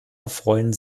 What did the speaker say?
erfreuen